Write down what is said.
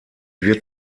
wird